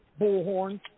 bullhorn